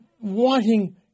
wanting